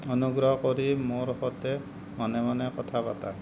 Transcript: অনুগ্ৰহ কৰি মোৰ সৈতে মনে মনে কথা পাতা